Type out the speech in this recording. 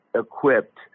equipped